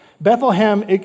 Bethlehem